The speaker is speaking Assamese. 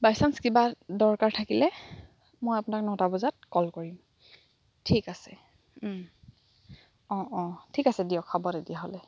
বাই চাঞ্চ কিবা দৰকাৰ থাকিলে মই আপোনাক নটা বজাত কল কৰিম ঠিক আছে অ' অ' ঠিক আছে দিয়ক হ'ব তেতিয়াহ'লে